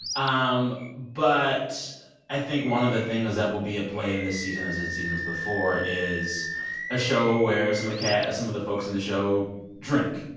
um but i think one of the things that will be at play in this season, as in seasons before, is a show where some of the cast some of the folks in the show drink,